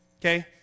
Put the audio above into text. Okay